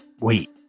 Wait